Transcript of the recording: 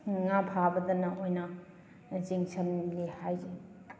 ꯉꯥ ꯐꯥꯕꯗꯅ ꯑꯣꯏꯅ ꯆꯤꯡꯁꯜꯂꯤ ꯍꯥꯏꯁꯦ